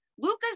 Luca's